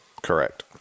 Correct